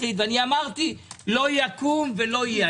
אמרתי: לא יקום ולא יהיה.